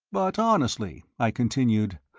but honestly, i continued,